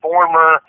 former